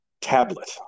tablet